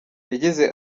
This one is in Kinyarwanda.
yagize